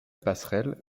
passerelle